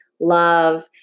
love